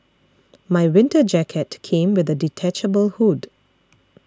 my winter jacket came with a detachable hood